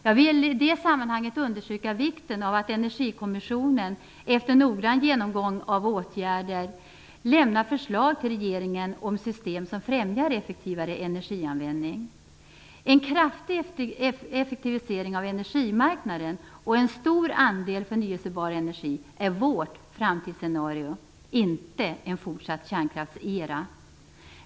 Jag vill i det sammanhanget understryka vikten av att Energikommissionen efter noggrann genomgång av åtgärder lämnar förslag till regeringen om system som främjar effektivare energianvändning. En kraftig effektivisering av energimarknaden och en stor andel förnyelsebar energi är vårt framtidsscenario, inte en fortsatt kärnkraftsera.